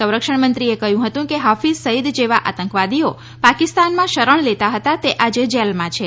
સંરક્ષણમંત્રીએ કહ્યું હતું કે હાફીઝ સઈદ જેવા આતંકવાદીઓ પાકિસ્તાનમાં શરણ લેતા હતા તે આજે જેલમાં છે